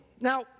Now